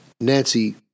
Nancy